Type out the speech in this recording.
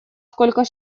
сколько